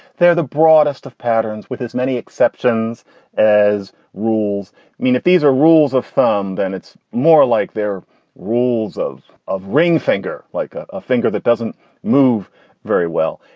they're the broadest of patterns, with as many exceptions as rules. i mean, if these are rules of thumb, then it's more like their rules of of ring finger, like a finger that doesn't move very well.